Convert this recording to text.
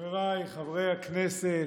חבריי חברי הכנסת,